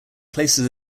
places